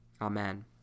Amen